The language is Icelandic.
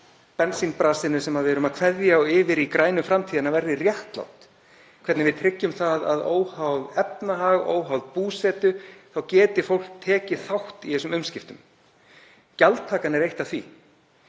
úr bensínbrasinu sem við erum að kveðja og yfir í grænu framtíðina verði réttlát, hvernig við tryggjum það að óháð efnahag og búsetu geti fólk tekið þátt í þeim umskiptum. Gjaldtakan er eitt af því